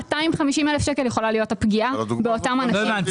250,000 שקלים יכולה להיות הפגיעה באותם אנשים.